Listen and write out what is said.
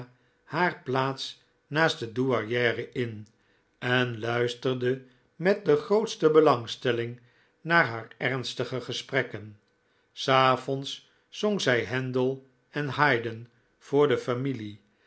haar plaats naast de douairiere in en luisterde met de grootste belangstelling naar haar ernstige gesprekken s avonds zong zij handel en haydn voor de familie